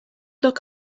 luck